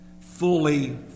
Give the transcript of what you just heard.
fully